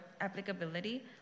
Applicability